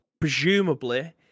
presumably